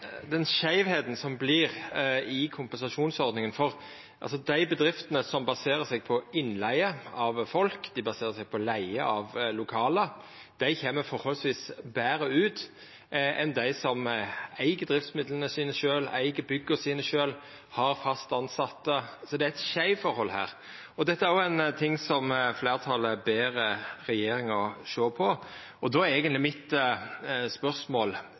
som vert i kompensasjonsordninga. Dei bedriftene som baserer seg på innleige av folk og på leige av lokale, kjem forholdsvis betre ut enn dei som eig driftsmidla sine sjølv, eig bygga sine sjølv og har fast tilsette. Det er eit skeivforhold her, og dette er òg ein ting fleirtalet ber regjeringa sjå på. Då er eigentleg spørsmålet mitt: